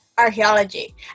archaeology